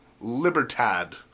Libertad